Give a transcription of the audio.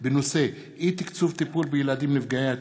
ונורית קורן בנושא: אי-תקצוב טיפול בילדים נפגעי התעללות.